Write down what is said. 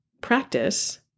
practice